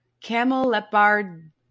Camelopard